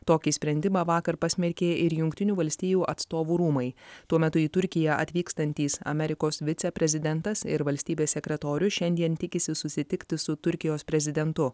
tokį sprendimą vakar pasmerkė ir jungtinių valstijų atstovų rūmai tuo metu į turkiją atvykstantys amerikos viceprezidentas ir valstybės sekretorius šiandien tikisi susitikti su turkijos prezidentu